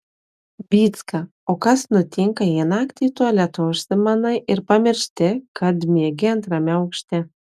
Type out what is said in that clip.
vycka o kas nutinka jei naktį į tualetą užsimanai ir pamiršti kad miegi antrame aukšte